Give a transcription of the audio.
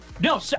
No